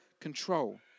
control